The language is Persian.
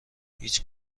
هیچ